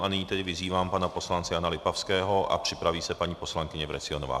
A nyní tedy vyzývám pana poslance Jana Lipavského a připraví se paní poslankyně Vrecionová.